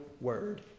word